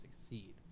succeed